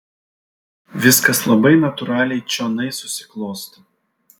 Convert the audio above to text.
viskas labai natūraliai čionai susiklosto